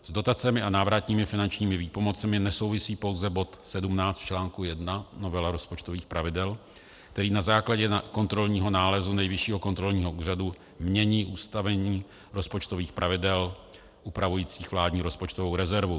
S dotacemi a návratnými finančními výpomocemi nesouvisí pouze bod 17 v článku 1 novely rozpočtových pravidel, který na základě nálezu Nejvyššího kontrolního úřadu mění ustavení rozpočtových pravidel upravujících vládní rozpočtovou rezervu.